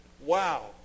Wow